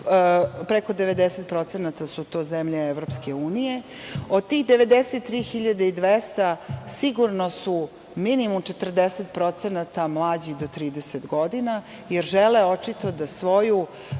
Preko 90% su to zemlje EU. Od tih 93.200 sigurno su minimum 40% mlađi do 30 godina, jer žele, očito, da svoju